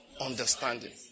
understanding